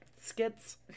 skits